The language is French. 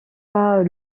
pas